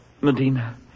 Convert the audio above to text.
Medina